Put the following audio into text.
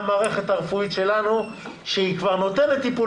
המערכת הרפואית שלנו שהיא כבר נותנת טיפול,